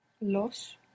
Los